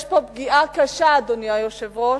יש פה פגיעה קשה, אדוני היושב-ראש,